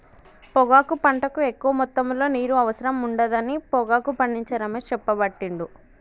పొగాకు పంటకు ఎక్కువ మొత్తములో నీరు అవసరం ఉండదని పొగాకు పండించే రమేష్ చెప్పబట్టిండు